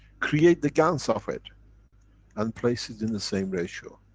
create the gans of it and place it in the same ratio.